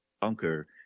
bunker